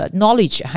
knowledge